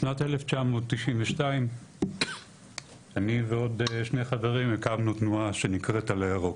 בשנת 1992 אני ועוד שני חברים הקמנו תנועה שנקראת עלה ירוק.